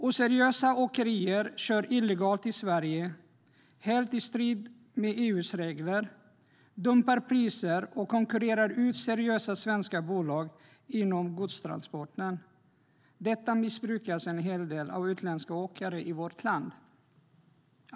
Oseriösa åkerier kör illegalt i Sverige, helt i strid med EU:s regler, dumpar priser och konkurrerar ut seriösa svenska bolag inom godstransporter. Möjligheten missbrukas en hel del av utländska åkare i vårt land.